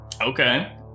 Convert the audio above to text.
Okay